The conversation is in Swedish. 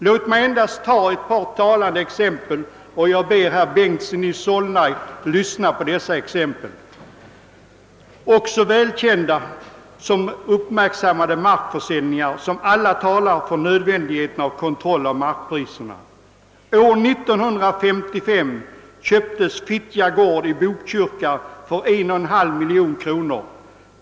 Låt mig anföra några välkända exempel — jag ber herr Bengtson i Solna lyssna — på uppseendeväckande markförsäljningar, som alla talar om nödvändigheten av kontroll av markpriserna. År 1955 köptes Fittja gård i Botkyrka för 1,5 miljon kronor.